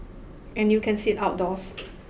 and you can sit outdoors